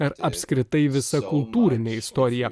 ar apskritai visa kultūrine istorija